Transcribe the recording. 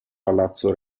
palazzo